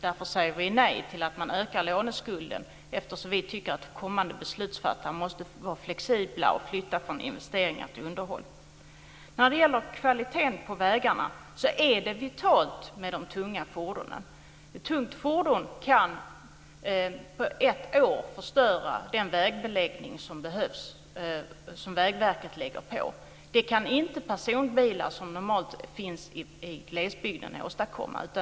Därför säger vi nej till att man ökar låneskulden. Vi tycker att kommande beslutsfattare måste få vara flexibla och flytta från investeringar till underhåll. När det gäller kvaliteten på vägarna är det vitalt med de tunga fordonen. Ett tungt fordon kan på ett år förstöra den vägbeläggning som behövs som Vägverket lägger på. Det kan inte personbilar som normalt finns i glesbygden åstadkomma.